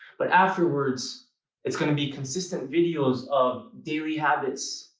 but afterwards it's going to be consistent videos of daily habits.